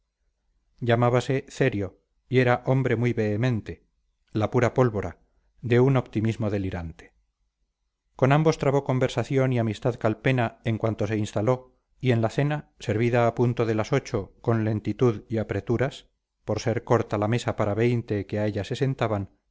guerra llamábase cerio y era hombre muy vehemente la pura pólvora de un optimismo delirante con ambos trabó conversación y amistad calpena en cuanto se instaló y en la cena servida a punto de las ocho con lentitud y apreturas por ser corta la mesa para veinte que a ella se sentaban